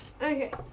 Okay